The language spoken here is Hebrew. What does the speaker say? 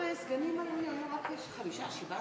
אה, כן?